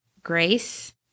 Grace